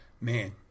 man